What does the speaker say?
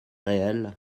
réel